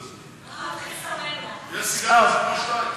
יש סיגריות שהן כמו שתיים.